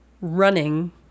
running